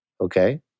okay